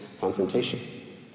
confrontation